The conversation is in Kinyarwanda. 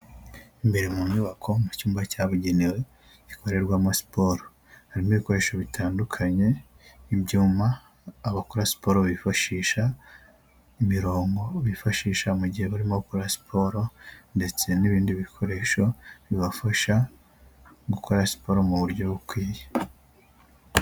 Imbere mu nyubako mu cyumba cyabugenewe, gikorerwamo siporo, harimo ibikoresho bitandukanye, ibyuma abakora siporo bifashisha, imirongo bifashisha mu gihe barimo gukora siporo, ndetse n'ibindi bikoresho bibafasha gukora siporo mu buryo bukwiye.